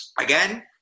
again